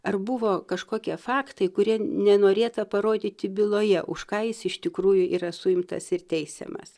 ar buvo kažkokie faktai kurie nenorėta parodyti byloje už ką jis iš tikrųjų yra suimtas ir teisiamas